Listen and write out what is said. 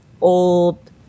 old